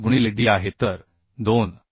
5 गुणिले d आहे तर 2